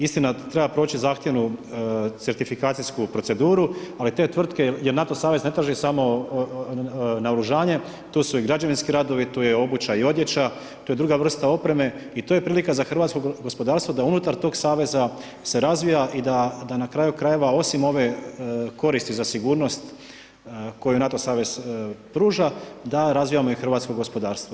Istina treba proći zahtjevnu certifikacijsku proceduru, ali te tvrtke NATO savez ne traži samo naoružanje, tu su građevinski radovi, tu je obuća i odjeća, tu je druga vrsta opreme i to je prilika za hrvatsko gospodarstvo da unutar tog saveza se razvija i da na kraju krajeva osim ove koristi za sigurnost koju NATO savez pruža da razvijeno i hrvatsko gospodarstvo.